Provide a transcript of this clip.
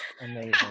amazing